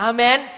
Amen